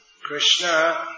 Krishna